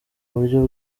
buryo